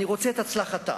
אני רוצה את הצלחתה,